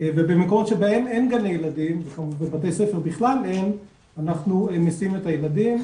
ובמקום שבהם אין גני ילדים אנחנו נשים את הילדים